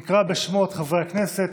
נקרא בשמות חברי הכנסת.